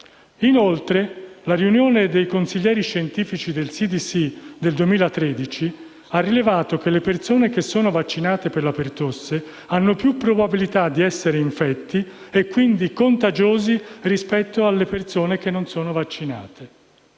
Inoltre, la riunione del consiglio dei consiglieri scientifici del CDC del 2013 ha rilevato che le persone vaccinate per la pertosse hanno più probabilità di essere infetti e quindi contagiosi rispetto alle persone che non sono vaccinate.